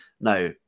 Now